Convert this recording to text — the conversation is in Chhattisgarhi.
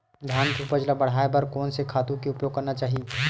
धान के उपज ल बढ़ाये बर कोन से खातु के उपयोग करना चाही?